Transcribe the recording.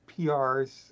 PRs